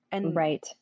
Right